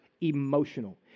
emotional